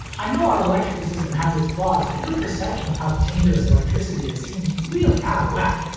i know our electrical system has its flaws but your perception of how dangerous electricity is seems really out of whack.